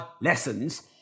lessons